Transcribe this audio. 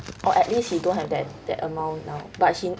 or at least he don't have that that amount now he need